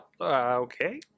Okay